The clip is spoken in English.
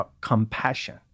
compassion